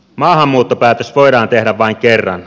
maahanmuuttopäätös voidaan tehdä vain kerran